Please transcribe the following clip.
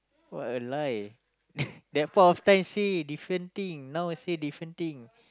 what a lie that point of time say different thing now say different thing